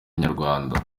inyarwanda